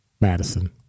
Madison